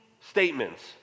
statements